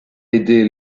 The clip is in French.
aidé